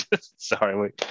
sorry